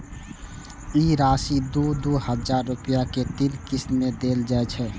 ई राशि दू दू हजार रुपया के तीन किस्त मे देल जाइ छै